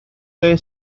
play